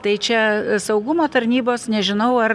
tai čia saugumo tarnybos nežinau ar